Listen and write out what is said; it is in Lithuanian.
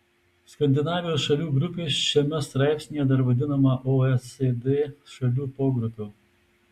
skandinavijos šalių grupė šiame straipsnyje dar vadinama oecd šalių pogrupiu